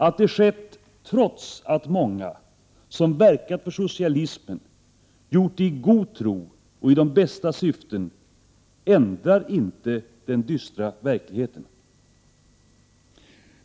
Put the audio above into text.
Att det skett trots att många som verkat för socialismen gjort det i god tro och i de bästa syften, ändrar inte den dystra verkligheten.